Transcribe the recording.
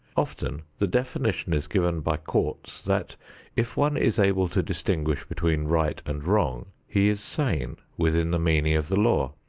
often the definition is given by courts that if one is able to distinguish between right and wrong, he is sane within the meaning of the law.